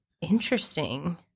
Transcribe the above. Interesting